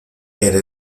era